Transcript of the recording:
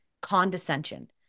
Condescension